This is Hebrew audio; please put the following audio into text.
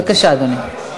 בבקשה, אדוני.